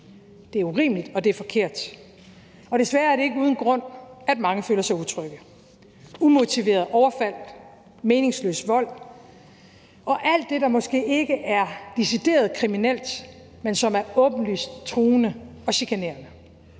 Det er urimeligt, og det er forkert. Desværre er det ikke uden grund, at mange føler sig utrygge. Umotiverede overfald, meningsløs vold og alt det, der måske ikke er decideret kriminelt, men som er åbenlyst truende og chikanerende,